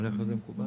עליך זה מקובל?